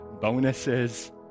bonuses